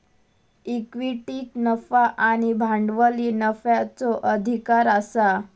इक्विटीक नफा आणि भांडवली नफ्याचो अधिकार आसा